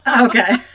okay